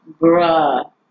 Bruh